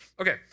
Okay